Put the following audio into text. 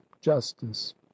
justice